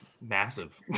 Massive